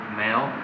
male